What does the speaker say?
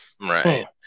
Right